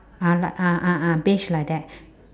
ah lah ah ah ah beige like that